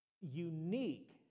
unique